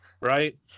right